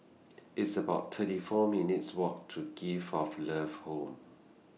It's about thirty four minutes' Walk to Gift of Love Home